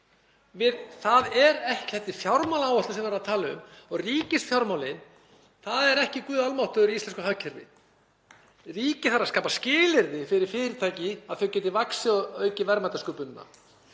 í.) Þetta er fjármálaáætlun sem við erum að tala um og ríkisfjármálin — það er ekki guð almáttugur í íslensku hagkerfi. Ríkið þarf að skapa skilyrði fyrir fyrirtæki til að þau geti vaxið og aukið verðmætasköpunina.